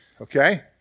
okay